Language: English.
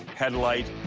headlight.